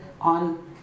on